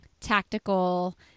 tactical